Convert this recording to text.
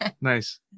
nice